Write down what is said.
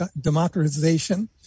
democratization